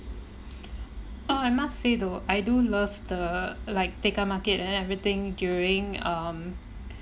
uh I must say though I do love the like tekka market and then everything during um